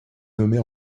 nommée